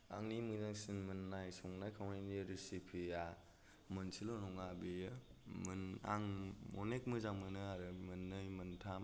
आंनि मोजांसिन मोननाय संनाय खावनायनि रेसिपिया मोनसेल' नङा बेयो मोन आं अनेख मोजां मोनो आरो मोननै मोनथाम